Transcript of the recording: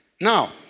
now